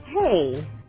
Hey